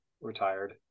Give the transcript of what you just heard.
retired